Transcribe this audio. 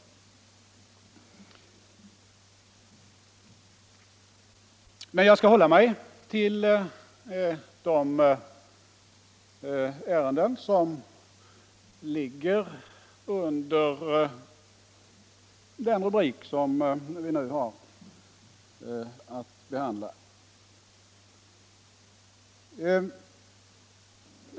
Men jag skall hålla mig till de ärenden som ligger under den rubrik kammaren nu har att behandla.